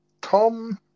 Tom